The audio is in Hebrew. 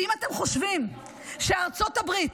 ואם אתם חושבים שארצות הברית